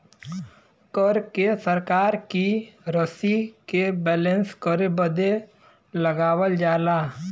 कर के सरकार की रशी के बैलेन्स करे बदे लगावल जाला